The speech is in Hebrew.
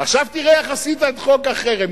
עכשיו תראה איך עשית את חוק החרם,